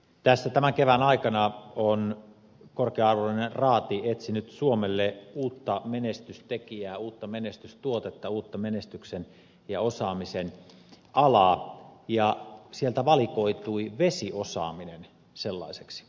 tässä tämän kevään aikana on korkea arvoinen raati etsinyt suomelle uutta menestystekijää uutta menestystuotetta uutta menestyksen ja osaamisen alaa ja sieltä valikoitui vesiosaaminen sellaiseksi